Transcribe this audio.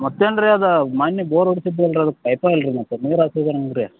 ಮತ್ತು ಏನ್ರಿ ಅದಾ ಮನ್ನಿ ಬೋರ್ ಹೊಡ್ಸಿದಲ್ಲಾ ಅದು ಪೈಪಾ ಅಲ್ರಿ ಮತ್ತು ನೀರು